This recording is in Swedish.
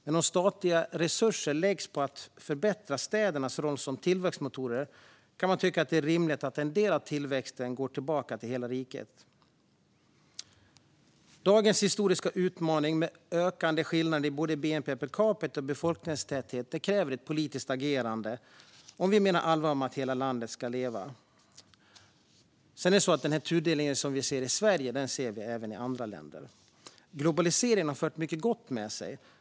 Men om statliga resurser läggs på att förbättra städernas roll som tillväxtmotor kan man tycka att det är rimligt att en del av tillväxten går tillbaka till hela riket. Dagens historiska utmaning med ökande skillnader i både bnp per capita och befolkningstäthet kräver ett politiskt agerande om vi menar allvar med att hela landet ska leva. Den tudelning som vi ser i Sverige ser vi även i andra länder. Globaliseringen har fört mycket gott med sig.